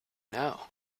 know